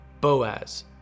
Boaz